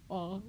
oh